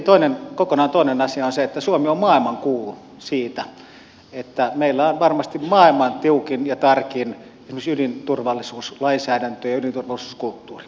sitten kokonaan toinen asia on se että suomi on maailmankuulu siitä että meillä on varmasti maailman tiukin ja tarkin esimerkiksi ydinturvallisuuslainsäädäntö ja ydinturvallisuuskulttuuri